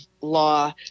law